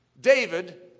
David